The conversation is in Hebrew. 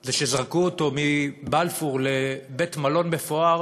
זה שזרקו אותו מבלפור לבית-מלון מפואר,